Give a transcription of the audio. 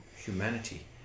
Humanity